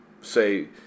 say